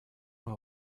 will